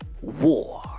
war